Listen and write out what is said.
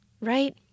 right